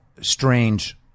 strange